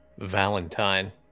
valentine